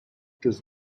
does